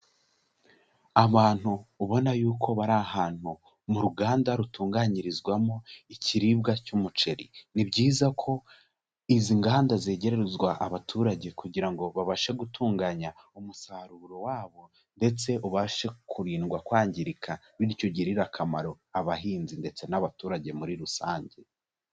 Abantu ubona yuko bari ahantu mu ruganda rutunganyirizwamo ikiribwa cy'umuceri. Ni byiza ko izi nganda zegerezwa abaturage kugira ngo babashe gutunganya umusaruro wabo ndetse ubashe kurindwa kwangirika, bityo ugirire akamaro abahinzi ndetse n'abaturage muri rusange.